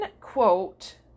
quote